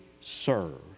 serve